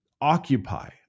occupy